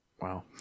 Wow